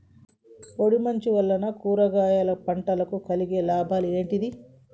పొడిమందు వలన కూరగాయల పంటకు కలిగే లాభాలు ఏంటిది?